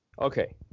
okay